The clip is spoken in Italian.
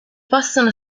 possono